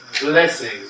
blessings